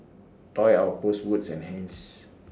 Toy Outpost Wood's and Heinz